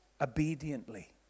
obediently